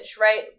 right